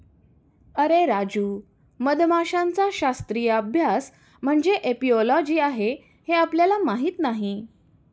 अरे राजू, मधमाशांचा शास्त्रीय अभ्यास म्हणजे एपिओलॉजी आहे हे आपल्याला माहीत नाही